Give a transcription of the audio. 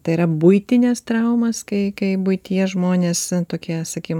tai yra buitines traumas kai kai buityje žmonės tokie sakykim